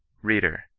reader!